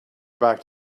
back